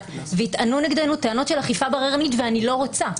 ויטענו נגדנו טענות של אכיפה בררנית ואני לא רוצה,